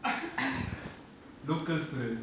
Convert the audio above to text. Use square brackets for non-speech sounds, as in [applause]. [laughs] local students